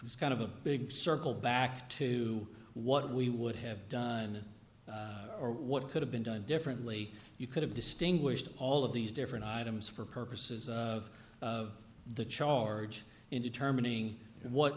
it's kind of a big circle back to what we would have done or what could have been done differently you could have distinguished all of these different items for purposes of the charge in determining what